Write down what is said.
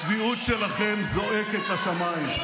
הצביעות שלכם זועקת לשמיים.